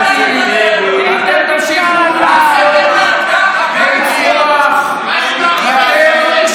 ישיבות או שהוא רוצה לקרוא קריאות ביניים,